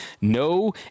no